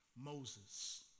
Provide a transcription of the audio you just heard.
Moses